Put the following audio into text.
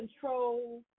control